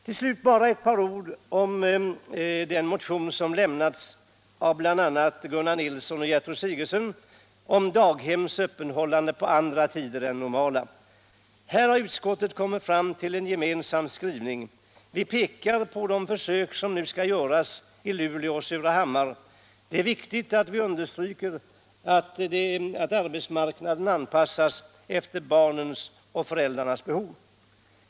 Till slut bara ett par ord om den motion som lämnats av bl.a. Gunnar Nilsson och Gertrud Sigurdsen om daghems öppethållande på andra tider än de normala. Här har utskottet kommit fram till en gemensam skrivning. Vi pekar på de försök som nu skall göras i Luleå och Surahammar. De är viktiga, och vi understryker att arbetsmarknaden måste anpassas efter barns och föräldrars behov.